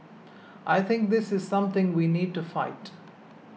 I think this is something we need to fight